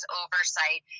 oversight